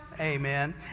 Amen